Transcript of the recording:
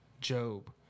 Job